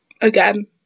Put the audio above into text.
again